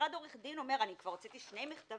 משרד עורך דין אומר אני כבר הוצאתי 2 מכתבים,